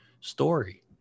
story